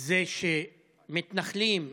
היא שמתנחלים,